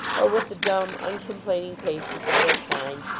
or with the dumb, uncomplaining patience of their kind,